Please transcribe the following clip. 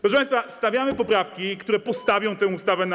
Proszę państwa, przedstawiamy poprawki, które postawią tę ustawę na nogi.